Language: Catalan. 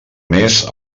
més